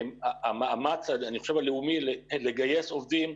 המאמץ הלאומי לגייס עובדים,